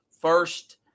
First